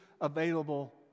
available